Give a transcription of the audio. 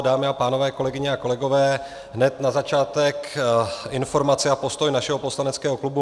Dámy a pánové, kolegyně a kolegové, hned na začátek informaci a postoj našeho poslaneckého klubu.